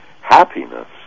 happiness